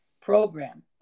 program